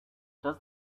does